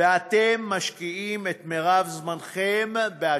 ואתם משקיעים את מרב זמנכם בהשתקה.